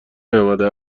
نیامده